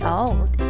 old